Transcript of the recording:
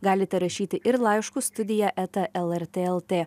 galite rašyti ir laiškus studija eta lrt lt